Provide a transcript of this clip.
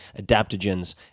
adaptogens